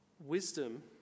Wisdom